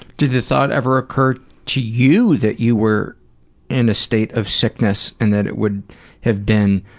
did the thought ever occur to you that you were in a state of sickness, and that it would have been